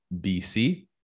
BC